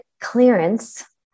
clearance